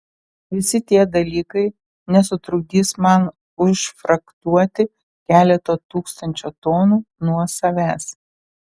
visi tie dalykai nesutrukdys man užfrachtuoti keleto tūkstančio tonų nuo savęs